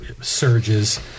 surges